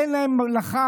אין להן לחג.